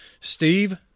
steve